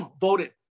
voted